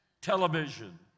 television